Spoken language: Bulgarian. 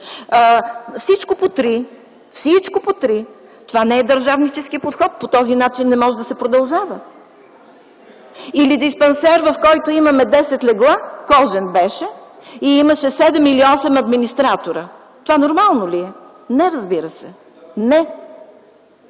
– няколко! Всичко по три! Това не е държавнически подход. По този начин не може да се продължава. Или диспансер, в който имаме десет легла, беше кожен, и имаше 7 или 8 администратора. Това нормално ли е? Не, разбира се. Не!